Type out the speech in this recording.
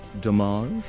Damage